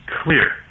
clear